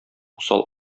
усал